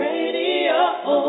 Radio